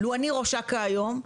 לו אני ראש אכ"א היום,